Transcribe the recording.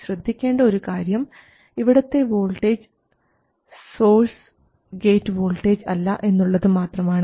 ശ്രദ്ധിക്കേണ്ട ഒരു കാര്യം ഇവിടത്തെ വോൾട്ടേജ് സോഴ്സ് ഗേറ്റ് വോൾട്ടേജ് അല്ല എന്നുള്ളത് മാത്രമാണ്